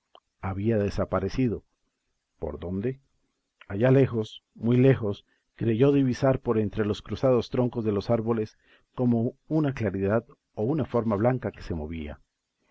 había desaparecido por dónde allá lejos muy lejos creyó divisar por entre los cruzados troncos de los árboles como una claridad o una forma blanca que se movía